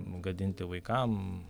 gadinti vaikam